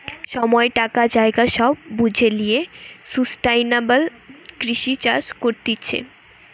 সময়, টাকা, জায়গা সব বুঝে লিয়ে সুস্টাইনাবল কৃষি চাষ করতিছে